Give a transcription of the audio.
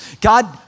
God